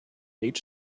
each